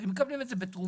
הרי מקבלים את זה בתרומה.